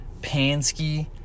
Pansky